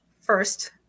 First